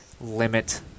limit